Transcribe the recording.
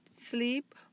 sleep